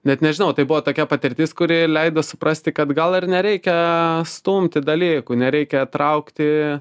net nežinau tai buvo tokia patirtis kuri leido suprasti kad gal ir nereikia stumti dalykų nereikia traukti